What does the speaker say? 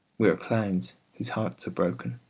we are clowns whose hearts are broken.